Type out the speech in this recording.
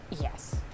Yes